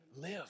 live